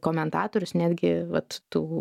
komentatorius netgi vat tų